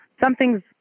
something's